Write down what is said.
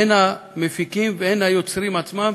הן המפיקים והן היוצרים עצמם,